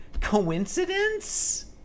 Coincidence